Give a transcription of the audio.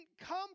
come